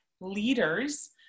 leaders